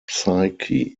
psyche